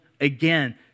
again